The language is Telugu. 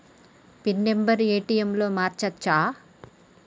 పిన్ నెంబరు ఏ.టి.ఎమ్ లో మార్చచ్చా?